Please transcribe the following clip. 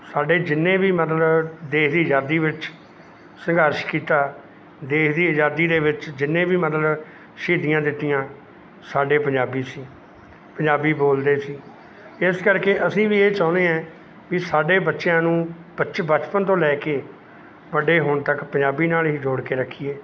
ਸਾਡੇ ਜਿੰਨੇ ਵੀ ਮਤਲਬ ਦੇਸ਼ ਦੀ ਆਜ਼ਾਦੀ ਵਿੱਚ ਸੰਘਰਸ਼ ਕੀਤਾ ਦੇਸ਼ ਦੀ ਆਜ਼ਾਦੀ ਦੇ ਵਿੱਚ ਜਿੰਨੇ ਵੀ ਮਤਲਬ ਸ਼ਹੀਦੀਆਂ ਦਿੱਤੀਆਂ ਸਾਡੇ ਪੰਜਾਬੀ ਸੀ ਪੰਜਾਬੀ ਬੋਲਦੇ ਸੀ ਇਸ ਕਰਕੇ ਅਸੀਂ ਵੀ ਇਹ ਚਾਹੁੰਦੇ ਹਾਂ ਵੀ ਸਾਡੇ ਬੱਚਿਆਂ ਨੂੰ ਬਚ ਬਚਪਨ ਤੋਂ ਲੈ ਕੇ ਵੱਡੇ ਹੋਣ ਤੱਕ ਪੰਜਾਬੀ ਨਾਲ ਹੀ ਜੋੜ ਕੇ ਰੱਖੀਏ